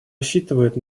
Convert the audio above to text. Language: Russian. рассчитывает